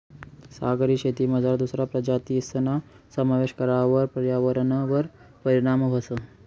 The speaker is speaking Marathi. सागरी शेतीमझार दुसरा प्रजातीसना समावेश करावर पर्यावरणवर परीणाम व्हस